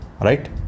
right